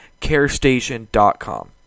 carestation.com